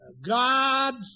God's